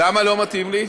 למה לא מתאים לי?